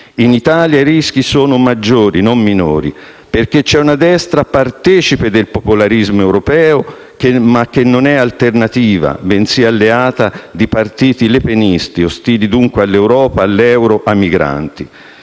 In Italia i rischi sono maggiori, non minori, perché c'è una destra partecipe del popolarismo europeo, ma che non è alternativa, bensì alleata di partiti lepenisti, ostili dunque all'Europa, all'euro, ai migranti.